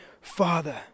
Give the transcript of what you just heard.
Father